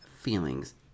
feelings